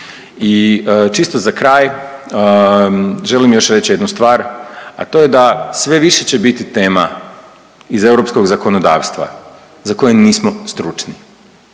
I čisto za kraj želim još reći jednu stvar, a to je da sve više će biti tema iz europskog zakonodavstva za koje nismo stručni,